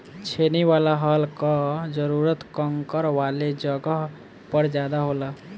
छेनी वाला हल कअ जरूरत कंकड़ वाले जगह पर ज्यादा होला